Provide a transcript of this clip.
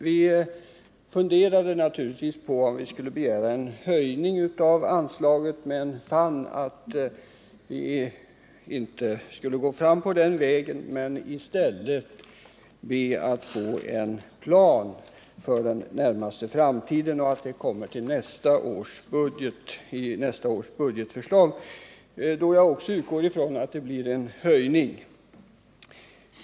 Vi funderade naturligtvis på om vi skulle begära en höjning av anslaget till trossamfund men fann att vi inte skulle gå fram på den vägen utan i stället be att få en plan för den närmaste framtiden i nästa års budgetförslag, då jag också utgår från att det blir en höjning.